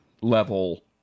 level